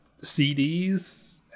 CDs